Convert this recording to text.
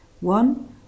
One